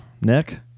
Nick